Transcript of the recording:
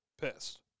Pissed